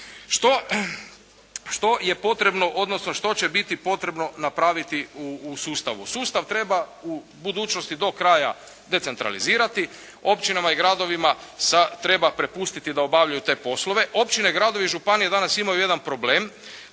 što će biti potrebno napraviti u sustavu. Sustav treba u budućnosti do kraja decentralizirati, općinama i gradovima treba prepustiti da obavljaju te poslove. Općine i gradovi i županije danas imaju jedan problem,